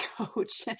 coach